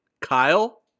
Kyle